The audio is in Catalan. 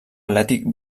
atlètic